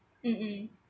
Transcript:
mm mm